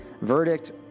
Verdict